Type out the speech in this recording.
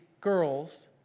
girls